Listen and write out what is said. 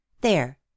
There